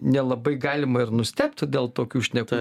nelabai galima ir nustebti dėl tokių šnekų